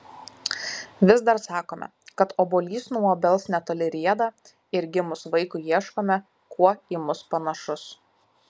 vis dar sakome kad obuolys nuo obels netoli rieda ir gimus vaikui ieškome kuo į mus panašus